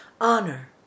Honor